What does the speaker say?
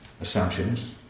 assumptions